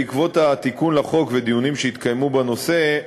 בעקבות התיקון לחוק ודיונים שהתקיימו בנושא,